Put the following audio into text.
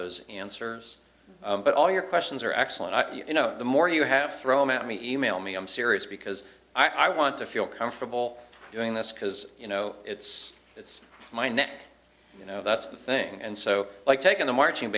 those answers but all your questions are excellent you know the more you have thrown at me email me i'm serious because i want to feel comfortable doing this because you know it's it's my neck you know that's the thing and so i take on the marching